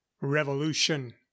revolution